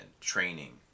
training